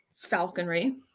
falconry